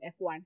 F1